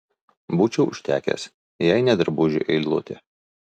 būčiau užtekęs jei ne drabužių eilutė